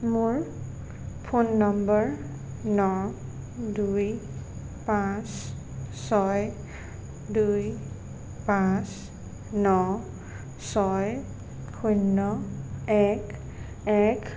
মোৰ phone number ন দুই পাঁচ ছয় দুই পাঁচ ন ছয় শূন্য এক এক